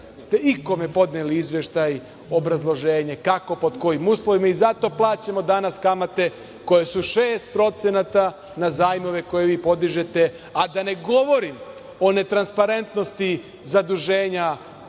ste ikome podneli izveštaj, obrazloženje kako, pod kojim uslovima i zato plaćamo danas kamate koje su 6% na zajmove koje vi podižete, a da ne govorim o netransparentnosti zaduženja